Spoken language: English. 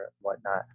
whatnot